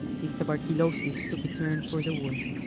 his tuberculosis took a turn for the worse.